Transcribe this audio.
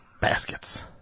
Baskets